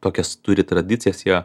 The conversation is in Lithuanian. tokias turi tradicijas jie